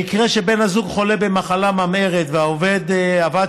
במקרה שבן הזוג חולה במחלה ממארת והעובד עבד